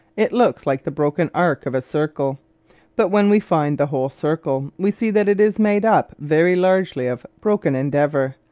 it looks like the broken arc of a circle but when we find the whole circle we see that it is made up very largely of broken endeavour,